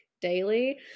daily